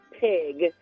pig